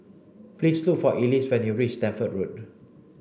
please look for Elyse when you reach Stamford Road